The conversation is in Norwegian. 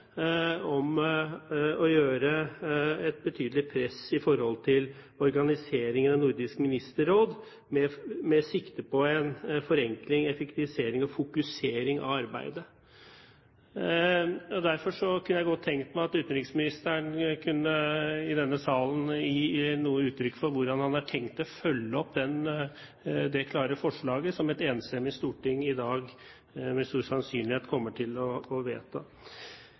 organiseringen av Nordisk Ministerråd, med sikte på en forenkling, effektivisering og fokusering av arbeidet. Derfor kunne jeg godt tenke meg at utenriksministeren i denne salen kunne gi noe uttrykk for hvordan han har tenkt å følge opp det klare forslaget som et enstemmig storting i dag, med stor sannsynlighet, kommer til å vedta.